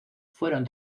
fueron